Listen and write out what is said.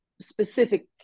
specific